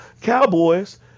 Cowboys